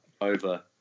over